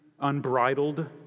unbridled